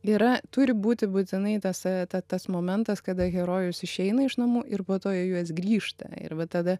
yra turi būti būtinai tas ta tas momentas kada herojus išeina iš namų ir po to į juos grįžta ir va tada